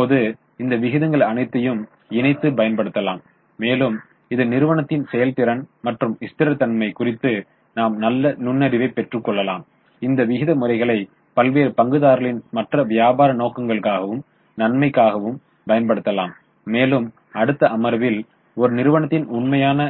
இப்போது இந்த விகிதங்கள் அனைத்தையும் இணைந்து பயன்படுத்தலாம் மேலும் இது நிறுவனத்தின் செயல்திறன் மற்றும் ஸ்திரத்தன்மை குறித்து நாம் நல்ல நுண்ணறிவை பெற்றுக்கொள்ளலாம் இந்த விகித முறைகளை பல்வேறு பங்குதாரர்களின் மற்ற வியாபார நோக்கங்களுக்காகவும் நன்மைக்காகவும் பயன்படுத்தப்படலாம் மேலும் அடுத்த அமர்வில் ஒரு நிறுவனத்தின் உண்மையான